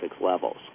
levels